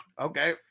Okay